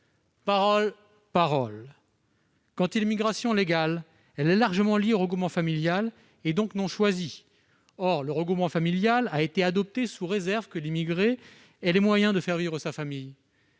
Paroles, paroles ... Quant à l'immigration légale, elle est largement liée au regroupement familial, donc non choisie. Or le regroupement familial a été adopté sous réserve que l'immigré ait les moyens de faire vivre sa famille.